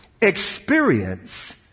experience